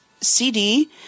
CD